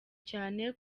cyane